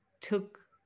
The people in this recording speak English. took